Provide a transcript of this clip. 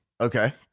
Okay